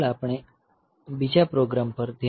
આગળ આપણે બીજા પ્રોગ્રામ પર ધ્યાન આપીશું